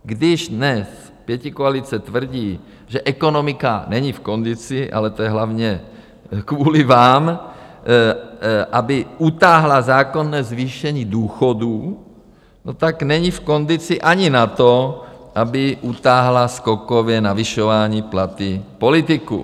Když dnes pětikoalice tvrdí, že ekonomika není v kondici, ale to je hlavně kvůli vám, aby utáhla zákonné zvýšení důchodů, no tak není v kondici ani na to, aby utáhla skokové navyšování platů politiků.